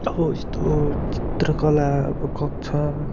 अब यस्तो चित्रकला अब कक्षा